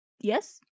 Yes